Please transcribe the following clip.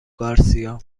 گارسیا